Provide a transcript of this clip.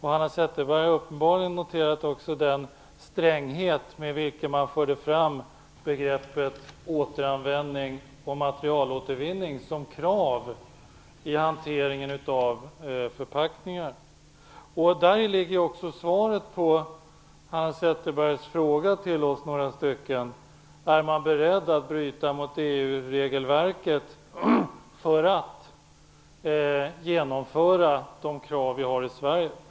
Hanna Zetterberg har uppenbarligen också noterat den stränghet med vilken man förde fram begreppen återanvändning och materialåtervinning som krav i hanteringen av förpackningar. Däri ligger också svaret på Hanna Zetterbergs fråga till några av oss: Är man beredd att bryta mot EU regelverket för att genomföra de krav vi har i Sverige?